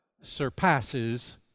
surpasses